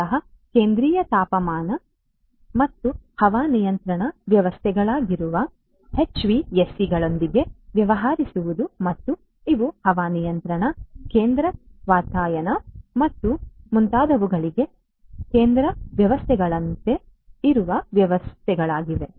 ಮೂಲತಃ ಕೇಂದ್ರೀಯ ತಾಪನ ವಾತಾಯನ ಮತ್ತು ಹವಾನಿಯಂತ್ರಣ ವ್ಯವಸ್ಥೆಗಳಾಗಿರುವ ಎಚ್ವಿಎಸಿಗಳೊಂದಿಗೆ ವ್ಯವಹರಿಸುವುದು ಮತ್ತು ಇವು ಹವಾನಿಯಂತ್ರಣ ಕೇಂದ್ರ ವಾತಾಯನ ಮತ್ತು ಮುಂತಾದವುಗಳಿಗೆ ಕೇಂದ್ರ ವ್ಯವಸ್ಥೆಗಳಂತೆ ಇರುವ ವ್ಯವಸ್ಥೆಗಳಾಗಿವೆ